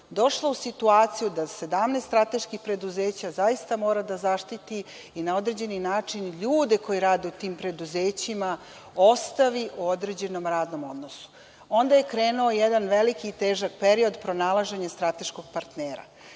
došla u situaciju da 17 strateških preduzeća zaista mora da zaštiti i na određeni način ljude koji rade u tim preduzećima ostavi u određenom radnom odnosu. Onda je krenuo jedan veliki i težak period pronalaženja strateškog partnera.